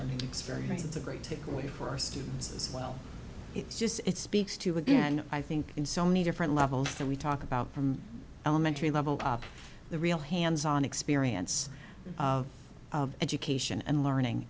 learning experience it's a great way for our students as well it's just it speaks to again i think in so many different levels that we talk about from elementary level the real hands on experience of education and learning